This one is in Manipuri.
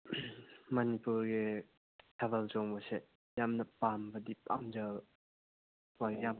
ꯃꯅꯤꯄꯨꯔꯒꯤ ꯊꯥꯕꯜ ꯆꯣꯡꯕꯁꯦ ꯌꯥꯝꯅ ꯄꯥꯝꯕꯗꯤ ꯄꯥꯝꯖꯕ ꯀꯣ ꯌꯥꯝ